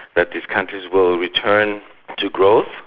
that these countries will return to growth,